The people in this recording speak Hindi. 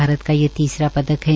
भारत का ये तीसरा पदक है